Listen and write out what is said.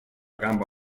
gamba